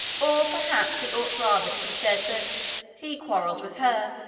or, perhaps, it ought rather to be said that he quarreled with her.